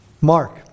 Mark